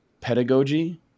pedagogy